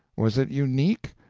was it unique?